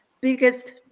Biggest